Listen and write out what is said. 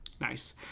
Nice